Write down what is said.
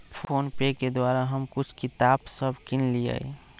PhonePe के द्वारा हम कुछ किताप सभ किनलियइ